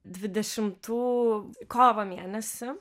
dvidešimtų kovo mėnesį